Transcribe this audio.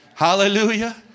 Hallelujah